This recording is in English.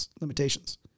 limitations